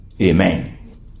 Amen